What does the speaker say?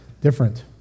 different